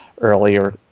earlier